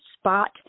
spot